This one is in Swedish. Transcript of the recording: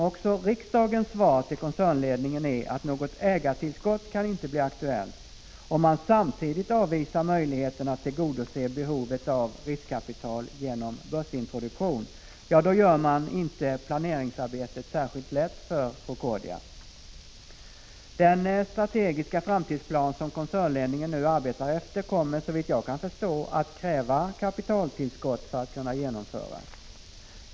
Om riksdagens svar till koncernledningen är att något ägartillskott inte kan bli aktuellt och man samtidigt avvisar möjligheterna att tillgodose behovet av riskkapital genom börsintroduktion, gör man inte planeringsarbetet särskilt lätt för Procordia. Den strategiska framtidsplan som koncernledningen nu arbetar efter kommer, såvitt jag förstår, att kräva ett kapitaltillskott för att kunna genomföras.